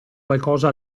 qualcosa